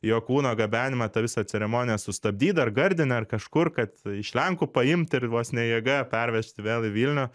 jo kūno gabenimą tą visą ceremoniją sustabdyt dar gardine ar kažkur kad iš lenkų paimt ir vos ne jėga pervežt vėl į vilnių